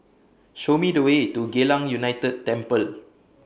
Show Me The Way to Geylang United Temple